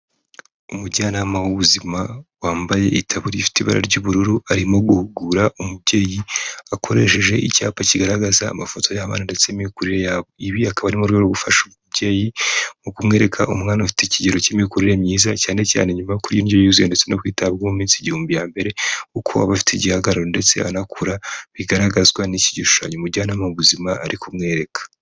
Umujyanama w'ubuzima wambaye itaburiya ifite ibara ry'ubururu arimo guhugura umubyeyi akoresheje icyapa kigaragaza amafoto y'abana ndetse n'imikurire yabo. Ibi akaba ari mu rwego rwo gufasha umubyeyi, mu kumwereka umwana ufite ikigero cy'imikurire myiza cyane cyane nyuma yo kurya indyo yuzuye ndetse no kwitabwaho mu minsi igihumbi ya mbere. Uko aba afite igihagararo ndetse anakura bigaragazwa n'iki gishushanyo umujyanama w'ubuzima arikumwereka.